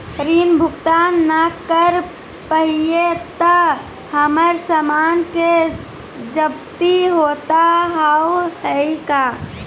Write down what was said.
ऋण भुगतान ना करऽ पहिए तह हमर समान के जब्ती होता हाव हई का?